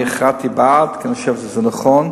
אני החלטתי בעד, כי אני חושב שזה נכון.